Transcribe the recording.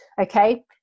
Okay